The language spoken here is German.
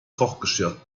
kochgeschirr